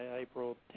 April